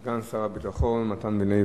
סגן שר הביטחון מתן וילנאי,